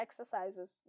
exercises